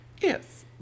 yes